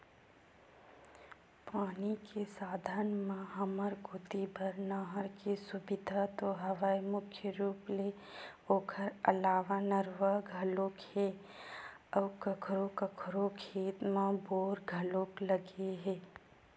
पानी के साधन म हमर कोती बर नहर के सुबिधा तो हवय मुख्य रुप ले ओखर अलावा नरूवा घलोक हे अउ कखरो कखरो खेत म बोर घलोक लगे हे